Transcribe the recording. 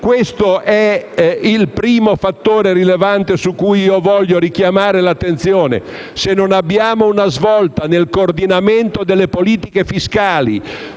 Questo è il primo fattore rilevante su cui voglio richiamare l'attenzione: se non si produce una svolta nel coordinamento delle politiche fiscali,